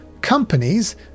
companies